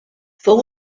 fou